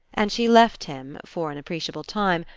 and she left him, for an appreciable time,